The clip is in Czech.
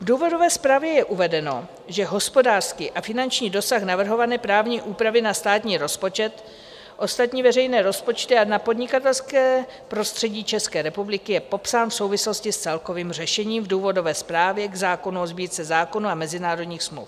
V důvodové zprávě je uvedeno, že hospodářský a finanční dosah navrhované právní úpravy na státní rozpočet, ostatní veřejné rozpočty a na podnikatelské prostředí České republiky je popsán v souvislosti s celkovým řešením v důvodové zprávě k zákonu o Sbírce zákonů a mezinárodních smluv.